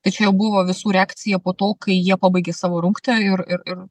tai čia jau buvo visų reakcija po to kai jie pabaigė savo rungtį ir ir ir